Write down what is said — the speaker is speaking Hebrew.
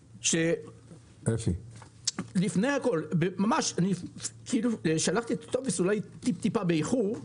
שלחתי את הטופס המקורי אולי טיפ-טיפה באיחור.